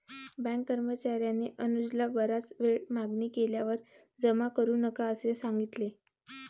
bank कर्मचार्याने अनुजला बराच वेळ मागणी केल्यावर जमा करू नका असे सांगितले